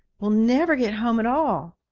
we'll never get home at all!